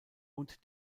und